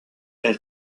elle